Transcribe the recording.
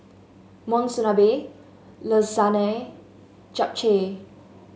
Monsunabe Lasagne Japchae